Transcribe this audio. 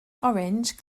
orange